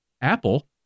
Apple